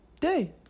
day